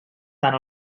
tant